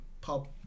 pop